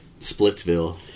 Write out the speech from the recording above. Splitsville